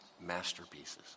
masterpieces